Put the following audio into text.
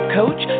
coach